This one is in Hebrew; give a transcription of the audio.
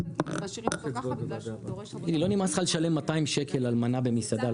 תגיד לי, לא נמאס לך לשלם 200 שקל על מנה במסעדה?